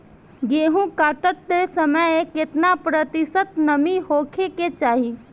गेहूँ काटत समय केतना प्रतिशत नमी होखे के चाहीं?